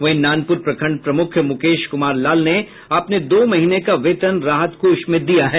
वहीं नानपुर प्रखंड प्रमुख मुकेश कुमार लाल ने अपने दो महीने का वेतन राहत कोष में दिया है